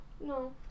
No